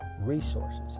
resources